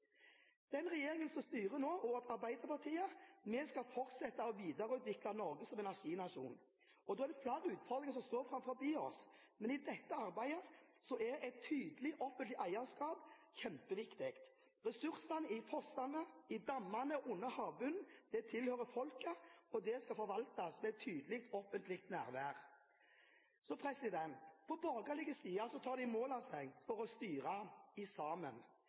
Den regjeringen som styrer nå – og Arbeiderpartiet – skal fortsette å videreutvikle Norge som en energinasjon. Da er det flere utfordringer som står foran oss, men i dette arbeidet er et tydelig offentlig eierskap kjempeviktig. Ressursene i fossene, i dammene og under havbunnen tilhører folket, og de skal forvaltes ved et tydelig offentlig nærvær. På borgerlig side tar de mål av seg til å styre sammen. Men det som er veldig uklart for meg etter denne debatten, er i